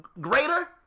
greater